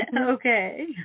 Okay